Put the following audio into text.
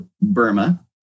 Burma